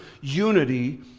unity